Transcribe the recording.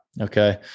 okay